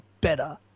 better